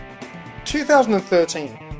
2013